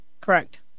Correct